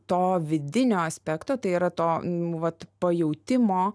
to vidinio aspekto tai yra to vat pajautimo